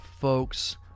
folks